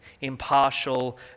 impartial